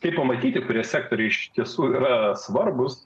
tai pamatyti prie sektoriai iš tiesų yra svarbūs